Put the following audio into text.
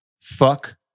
Fuck